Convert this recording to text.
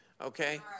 Okay